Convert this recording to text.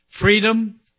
Freedom